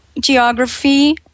geography